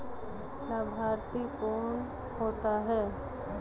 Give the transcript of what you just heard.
लाभार्थी कौन होता है?